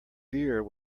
beer